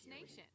Nation